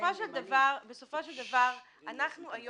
בסופו של דבר אנחנו היום,